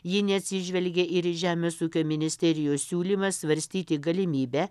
ji neatsižvelgė ir į žemės ūkio ministerijos siūlymą svarstyti galimybę